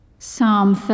Psalm